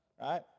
right